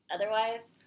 Otherwise